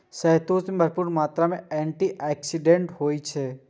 शहतूत मे भरपूर मात्रा मे एंटी आक्सीडेंट होइ छै